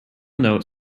note